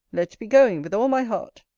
let's be going, with all my heart.